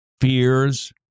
fears